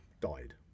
died